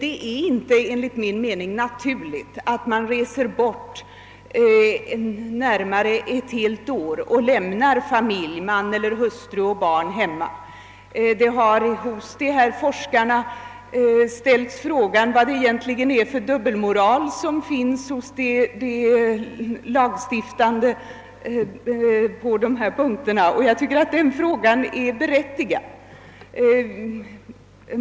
Enligt min mening är det inte naturligt att man vid bortovaro nästan ett helt år skall lämna familj — man eller hustru och barn — hemma. Forskarna har ställt frågan vad det egentligen är för dubbelmoral som finns hos de lagstiftande på den punkten, och jag tycker att den frågan är berättigad.